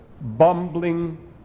bumbling